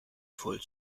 voll